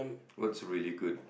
what's really good